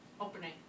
Opening